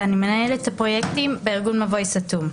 ואני מנהלת הפרויקטים בארגון "מבוי סתום".